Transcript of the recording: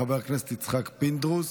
חבר הכנסת יצחק פינדרוס,